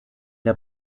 der